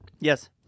Yes